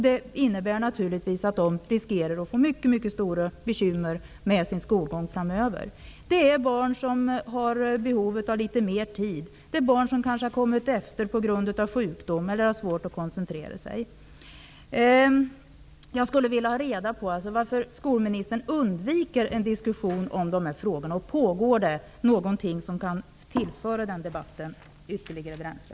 Det innebär naturligtvis att dessa elever riskerar att få mycket stora bekymmer med sin skolgång framöver. Det är fråga om barn som har behov av litet mer tid, som kanske kommit efter på grund av sjukdom eller som har svårt att koncentrera sig. Jag skulle alltså vilja ha reda på varför skolministern undviker en diskussion om dessa frågor. Pågår det någonting som kan tillföra debatten ytterligare bränsle?